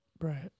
right